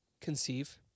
conceive